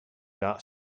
not